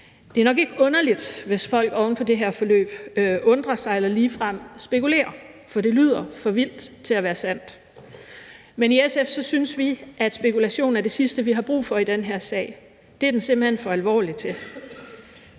Det er nok ikke underligt, hvis folk oven på det her forløb undrer sig eller ligefrem spekulerer, for det lyder for vildt til at være sandt. Men i SF synes vi, at spekulationer er det sidste, vi har brug for i denne sag, for det er den simpelt hen for alvorlig til.